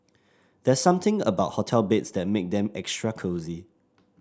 there's something about hotel beds that make them extra cosy